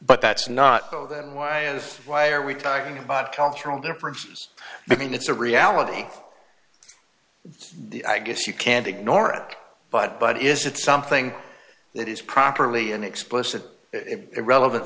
but that's not go then why is why are we talking about cultural differences between it's a reality the i guess you can't ignore it but but is it something that is properly an explicit it relevant